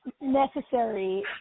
necessary